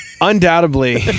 undoubtedly